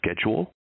schedule